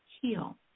heal